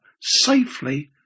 safely